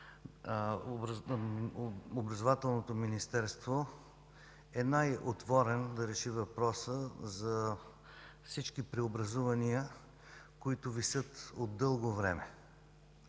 образованието и науката е най-отворен да реши въпроса за всички преобразувания, които висят от дълго време.